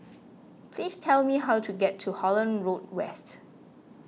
please tell me how to get to Holland Road West